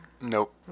Nope